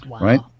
Right